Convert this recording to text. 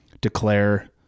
declare